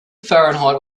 fahrenheit